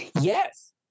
Yes